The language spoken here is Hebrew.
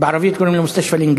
יש אחד שקוראים לו גם וגם,